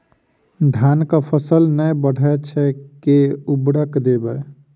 धान कऽ फसल नै बढ़य छै केँ उर्वरक देबै?